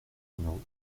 numéro